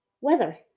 weather